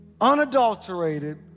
unadulterated